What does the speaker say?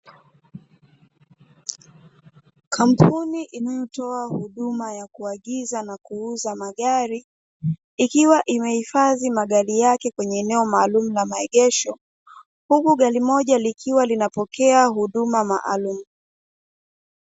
Kampuni inayotoa huduma ya kuagiza na kuuza magari, ikiwa imehifadhi magari yake kwenye eneo maalumu la maegesho, huku gari moja likiwa linapokea huduma maalumu.